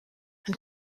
and